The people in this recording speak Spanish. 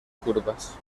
curvas